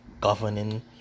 governing